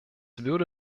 würde